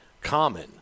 common